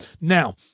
Now